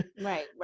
right